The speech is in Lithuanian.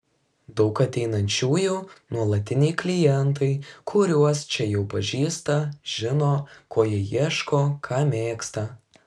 daug ateinančiųjų nuolatiniai klientai kuriuos čia jau pažįsta žino ko jie ieško ką mėgsta